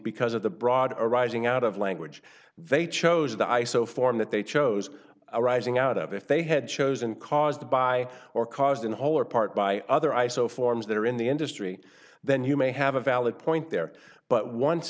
because of the broad arising out of language they chose the i so form that they chose arising out of if they had chosen caused by or caused in whole or part by other iso forms that are in the industry then you may have a valid point there but once